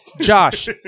Josh